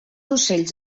ocells